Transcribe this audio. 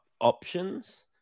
options